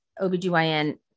OBGYN